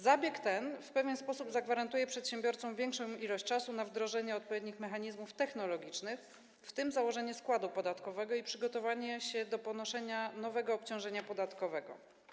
Zabieg ten w pewien sposób zagwarantuje przedsiębiorcom większą ilość czasu na wdrożenie odpowiednich mechanizmów technologicznych, w tym założenie składu podatkowego i przygotowanie się do ponoszenia nowego obciążenia podatkowego.